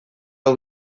hau